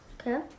Okay